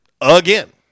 again